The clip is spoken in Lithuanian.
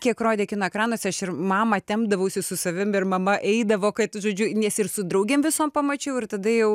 kiek rodė kino ekranuose ir mamą tempdavausi su savim ir mama eidavo kad žodžiu nes ir su draugėm visom pamačiau ir tada jau